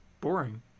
boring